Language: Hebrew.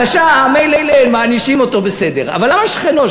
הרשע, מילא, מענישים אותו, בסדר, אבל למה שכנו?